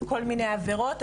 כל מיני עבירות,